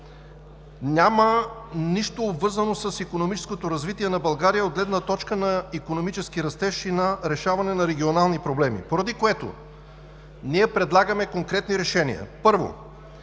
Няма нищо обвързано с икономическото развитие на България от гледна точка на икономически растеж и на решаване на регионални проблеми, поради което ние предлагаме конкретни решения.